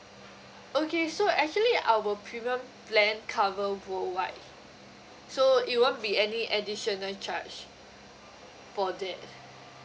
okay so actually our premium plan cover worldwide so it won't be any additional charge for that